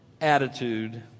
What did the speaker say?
attitude